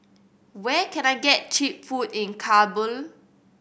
where can I get cheap food in Kabul